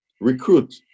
recruit